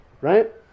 right